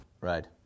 Right